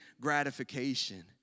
gratification